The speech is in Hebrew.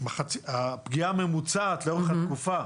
הפגיעה הממוצעת לאורך התקופה,